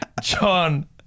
John